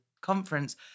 conference